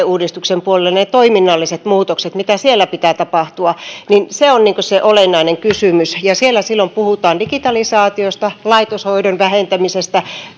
uudistuksen puolelle ne toiminnalliset muutokset mitä siellä pitää tapahtua ja se on se olennainen kysymys ja siellä silloin puhutaan digitalisaatiosta laitoshoidon vähentämisestä